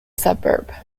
suburb